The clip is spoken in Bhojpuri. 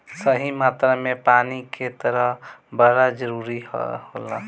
सही मात्रा में पानी के रहल बड़ा जरूरी होला